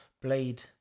Blade